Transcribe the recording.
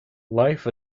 life